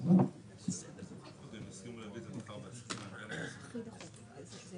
חדשים ל-200 אלף שקלים חדשים